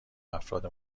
افراد